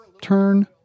turn